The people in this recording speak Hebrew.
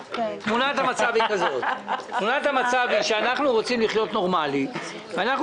תמונת המצב היא שאנחנו רוצים לחיות נורמלי ואנחנו